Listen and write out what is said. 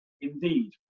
indeed